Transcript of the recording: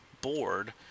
board